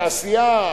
תעשייה,